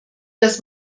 das